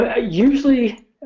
Usually